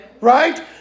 right